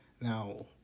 Now